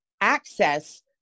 access